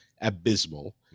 abysmal